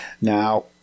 Now